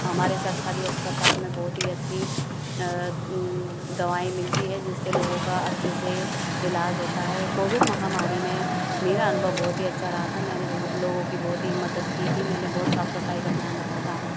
हमारे सरकारी अस्पताल में बहुत ही अच्छी दवाएं मिलती हैं जिससे लोगों का अच्छे से इलाज होता है कोविड महामारी में मेरा अनुभव बहुत ही अच्छा रहा था मैंने लोगों की बहुत ही मदद की थी मैंने बहुत साफ़ सफ़ाई का ध्यान रखा था